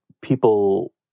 people